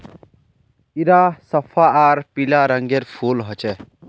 इरा सफ्फा आर पीला रंगेर फूल होचे